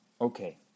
Okay